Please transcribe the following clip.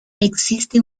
existe